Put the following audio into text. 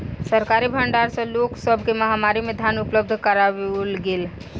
सरकारी भण्डार सॅ लोक सब के महामारी में धान उपलब्ध कराओल गेल